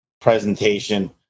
presentation